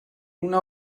una